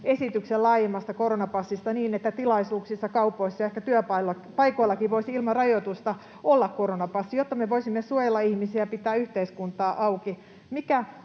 esityksen laajemmasta koronapassista niin, että tilaisuuksissa, kaupoissa ja ehkä työpaikoillakin voisi ilman rajoitusta olla koronapassi, jotta me voisimme suojella ihmisiä, pitää yhteiskuntaa auki?